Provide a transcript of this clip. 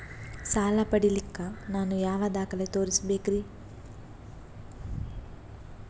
ಸಾಲ ಪಡಿಲಿಕ್ಕ ನಾನು ಯಾವ ದಾಖಲೆ ತೋರಿಸಬೇಕರಿ?